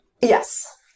yes